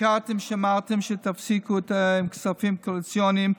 שיקרתם כשאמרתם שתפסיקו עם הכספים הקואליציוניים,